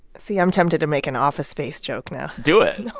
see, i'm tempted to make an office space joke now do it no,